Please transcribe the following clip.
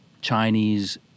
Chinese